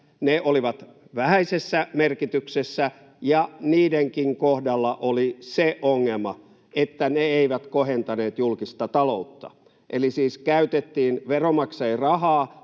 olivat vähäisessä merkityksessä, ja niidenkin kohdalla oli se ongelma, että ne eivät kohentaneet julkista taloutta. Eli siis käytettiin veronmaksajien rahaa